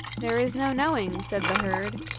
there is no knowing, said the herd,